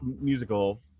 musical